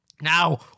Now